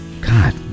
God